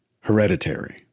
Hereditary